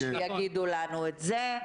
שיגידו לנו את זה.